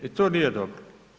I to nije dobro.